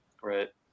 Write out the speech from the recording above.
Right